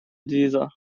dieser